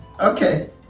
Okay